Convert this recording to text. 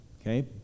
Okay